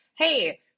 hey